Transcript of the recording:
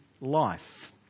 life